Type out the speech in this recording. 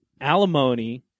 alimony